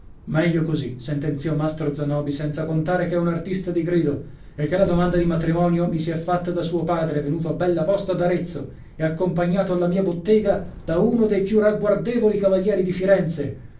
meglio così sentenziò mastro zanobi senza contare che è un artista di grido e che la domanda di matrimonio mi è stata fatta da suo padre venuto a bella posta d'arezzo e accompagnato alla mia bottega da uno dei più ragguardevoli cavalieri di firenze